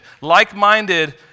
like-minded